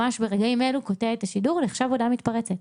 ממש ברגעים אלו קוטע את השידור נחשב הודעה מתפרצת.